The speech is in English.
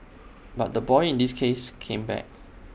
but the boy in this case came back